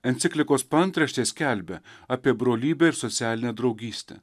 enciklikos paantraštė skelbia apie brolybę ir socialinę draugystę